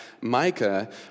Micah